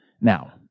Now